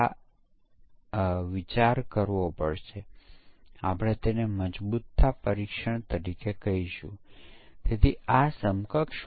પરંતુ જો સિસ્ટમ પરીક્ષણનું સંક્ષિપ્તમાં વિહંગાવલોકન કરીયે તો આપણી પાસે મોડ્યુલોનો સંપૂર્ણ સેટ એકીકૃત છે અને કાર્યરત સિસ્ટમ છે